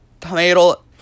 tomato